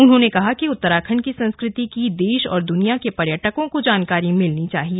उन्होंने कहा कि उत्तराखंड की संस्कृति की देश और दुनिया के पर्यटकों को जानकारी मिलनी चाहिए